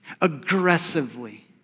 aggressively